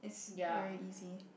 ya